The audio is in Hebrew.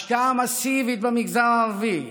השקעה מסיבית במגזר הערבי,